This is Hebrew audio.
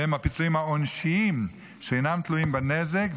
שהם הפיצויים העונשיים שאינם תלויים בנזק,